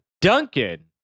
Duncan